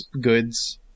goods